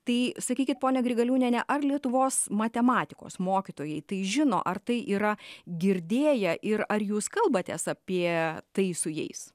tai sakykit pone grigaliūniene ar lietuvos matematikos mokytojai tai žino ar tai yra girdėję ir ar jūs kalbatės apie tai su jais